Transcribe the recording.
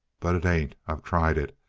but it ain't. i've tried it.